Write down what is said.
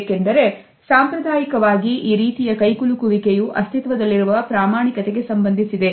ಏಕೆಂದರೆ ಸಾಂಪ್ರದಾಯಿಕವಾಗಿ ಈ ರೀತಿಯ ಕೈಕುಲುಕುವಿಕೆಯು ಅಸ್ತಿತ್ವದಲ್ಲಿರುವ ಪ್ರಾಮಾಣಿಕತೆಗೆ ಸಂಬಂಧಿಸಿದೆ